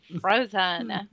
frozen